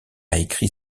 écrit